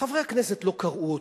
חברי הכנסת לא קראו אותו,